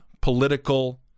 political